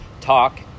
talk